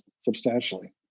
substantially